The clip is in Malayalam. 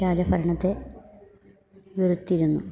രാജ ഭരണത്തെ വെറുത്തിരുന്നു